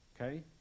okay